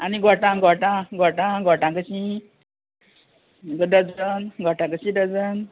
आनी घोटां घोटां घोटां घोटां कशीं डजन घोटां कशीं डजन